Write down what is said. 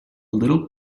little